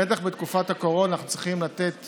בטח בתקופת הקורונה אנחנו צריכים לתת